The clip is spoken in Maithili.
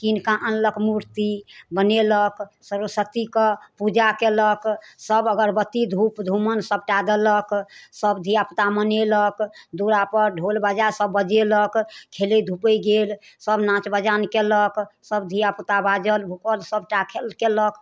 कीन कऽ आनलक मूर्ति बनेलक सरस्वतीके पूजा कयलक सब अगरबत्ती धुप धुमन सबटा देलक सब धियापुता मनेलक दूरापर ढोल बाजा सब बजेलक खेलै धूपै गेल सब नाच बजान कयलक सब धियापुता बाजल भूकल सबटा कयलक